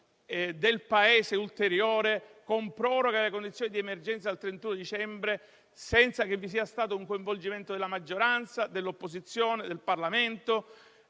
del Paese, con proroga delle condizioni di emergenza al 31 dicembre, senza che vi sia stato un coinvolgimento della maggioranza, dell'opposizione e del Parlamento.